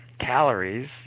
calories